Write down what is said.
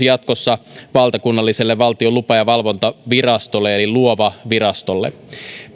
jatkossa valtakunnalliselle valtion lupa ja valvontavirastolle eli luova virastolle